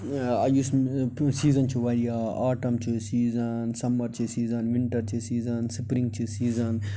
آ یُس سیٖزَن چھِ واریاہ آٹَم چھِ سیٖزَن سَمَر چھِ سیٖزَن وِنٹَر چھِ سیٖزَن سِپرِنٛگ چھِ سیٖزَن